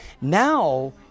Now